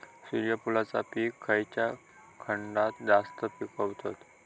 सूर्यफूलाचा पीक खयच्या खंडात जास्त पिकवतत?